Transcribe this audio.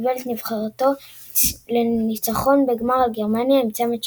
והוביל את נבחרתו לניצחון בגמר על גרמניה עם צמד שערים.